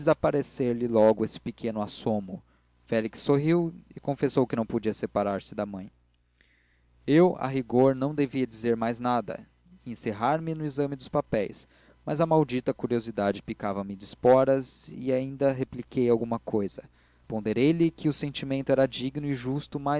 desaparecer lhe logo esse pequeno assomo félix sorriu e confessou que não podia separar-se da mãe eu a rigor não devia dizer mais nada e encerrar me no exame dos papéis mas a maldita curiosidade picava me de esporas e ainda repliquei alguma cousa ponderei lhe que o sentimento era digno e justo